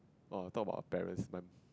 or talk about parents ment